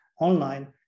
online